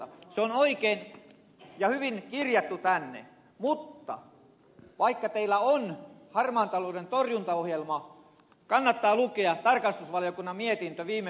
se on oikein ja hyvin kirjattu tänne mutta vaikka teillä on harmaan talouden torjuntaohjelma kannattaa lukea tarkastusvaliokunnan mietintö viime viikolta